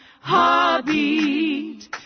Heartbeat